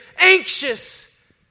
anxious